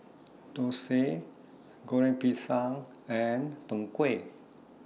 Dosa Goreng Pisang and Png Kueh